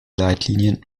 leitlinien